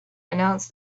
announced